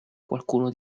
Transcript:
qualcuno